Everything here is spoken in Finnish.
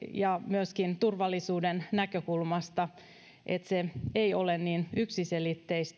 ja myöskin turvallisuuden näkökulmasta että nämä teknologiset ratkaisut eivät ole niin yksiselitteisiä